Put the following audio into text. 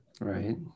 right